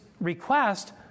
request